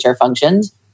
functions